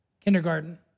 kindergarten